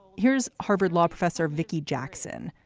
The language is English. here's harvard law professor vicki jackson.